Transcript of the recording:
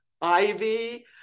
ivy